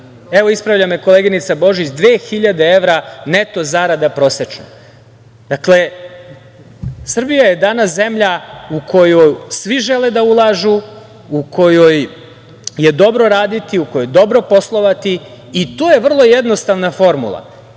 ispravlja me koleginica Božić, dve hiljade evra neto zarada prosečna. Dakle, Srbija je danas zemlja u koju svi žele da ulažu, u kojoj je dobro raditi, u kojoj je dobro poslovati i to je vrlo jednostavna formula.